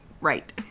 right